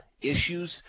issues